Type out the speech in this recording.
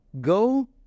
Go